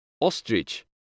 Ostrich